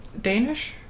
Danish